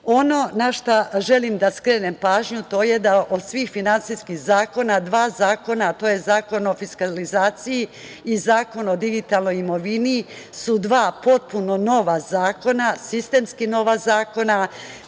na šta želim da skrenem pažnju, to je da od svih finansijskih zakona, dva zakona, a to je Zakon o fiskalizaciji i Zakon o digitalnoj imovini su dva potpuno nova zakona, sistemski nova zakona.